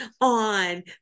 on